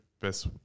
best